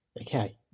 Okay